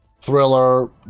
thriller